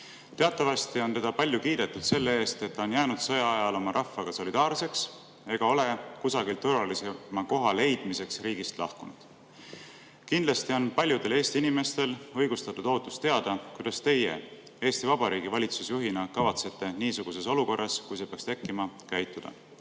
Teatavasti on teda palju kiidetud selle eest, et ta on jäänud sõja ajal oma rahvaga solidaarseks ega ole kusagil turvalisema koha leidmiseks riigist lahkunud. Kindlasti on paljudel Eesti inimestel õigustatud ootus teada, kuidas teie Eesti Vabariigi valitsuse juhina kavatsete niisuguses olukorras, kui see peaks tekkima, käituda.